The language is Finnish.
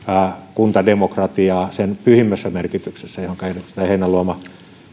kuntademokratiaa ole sen pyhimmässä merkityksessä johonka edustaja heinäluoma